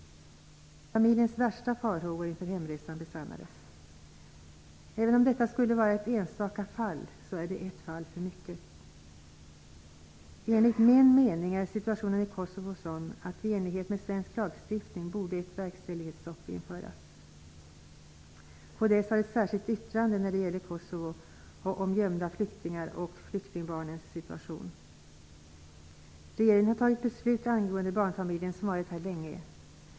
Familjens värsta farhågor inför hemresan besannades. Även om detta skulle vara ett enstaka fall, är det ett fall för mycket. Enligt min mening är situationen i Kosovo sådan att ett verkställighetsstopp borde införas, i enlighet med svensk lagstiftning. Kds har skrivit två särskilda yttranden till betänkandet, dels om Regeringen har fattat beslut angående barnfamiljer som varit här länge.